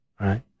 Right